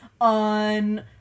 on